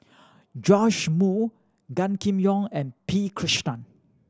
Joash Moo Gan Kim Yong and P Krishnan